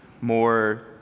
more